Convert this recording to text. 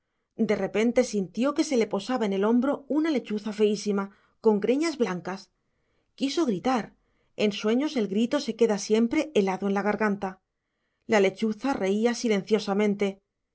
de repente sintió que se le posaba en el hombro una lechuza feísima con greñas blancas quiso gritar en sueños el grito se queda siempre helado en la garganta la lechuza reía silenciosamente